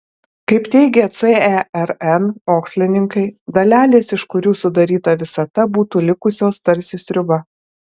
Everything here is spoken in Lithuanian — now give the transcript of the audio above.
kaip teigia cern mokslininkai dalelės iš kurių sudaryta visata būtų likusios tarsi sriuba